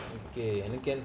okay